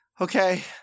Okay